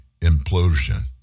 implosion